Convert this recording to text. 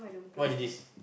what is this